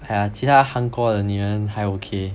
!aiya! 其他韩国的女人还 okay